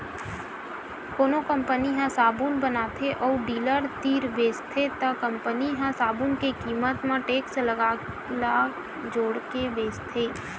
कोनो कंपनी ह साबून बताथे अउ डीलर तीर बेचथे त कंपनी ह साबून के कीमत म टेक्स ल जोड़के बेचथे